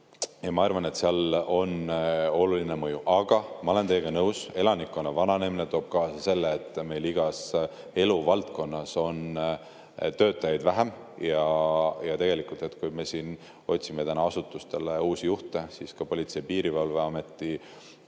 Ma arvan, et sellel on oluline mõju. Aga ma olen teiega nõus, et elanikkonna vananemine toob kaasa selle, et meil igas eluvaldkonnas on töötajaid vähem. Kui me otsime täna asutustele uusi juhte, siis ka Politsei‑ ja Piirivalveameti